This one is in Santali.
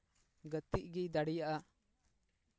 ᱜᱟᱛᱮᱜ ᱜᱮᱭ ᱫᱟᱲᱮᱭᱟᱜᱼᱟ